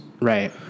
Right